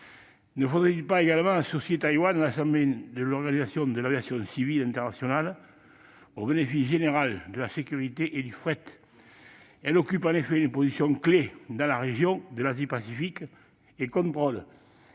Ne faudrait-il pas également associer Taïwan à l'Assemblée de l'Organisation de l'aviation civile internationale, au bénéfice général de la sécurité et du fret ? Elle occupe une position clé dans la région de l'Asie-Pacifique et contrôle